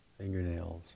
fingernails